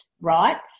right